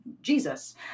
Jesus